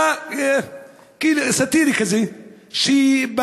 סאטירי כזה,